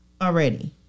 already